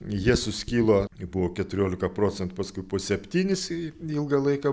jie suskilo buvo keturiolika procentų paskui po septynis ilgą laiką